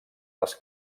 les